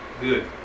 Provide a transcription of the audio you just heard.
good